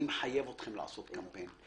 אני מחייב אתכם לעשות קמפיין.